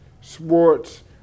sports